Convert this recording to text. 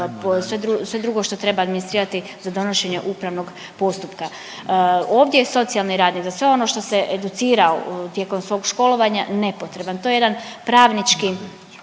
sve drugo što treba administrirati za donošenje upravnog postupka. Ovdje je socijalni rad i za sve ono što se educira tijekom svog školovanja nepotreban. To je jedan pravnički